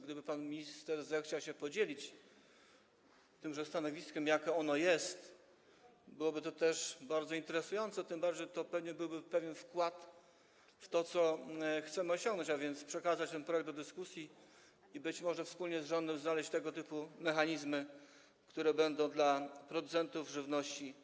Gdyby pan minister zechciał się podzielić tymże stanowiskiem, jakie ono jest, byłoby to bardzo interesujące, tym bardziej że to pewnie byłby pewien wkład w to, co chcemy osiągnąć, a więc przekazać ten projekt do dyskusji i być może wspólnie z rządem znaleźć tego typu mechanizmy, które będą satysfakcjonujące dla producentów żywności.